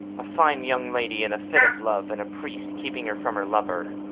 a fine young lady in a fit of love, and a priest keeping her from her lover.